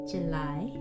July